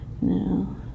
No